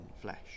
flesh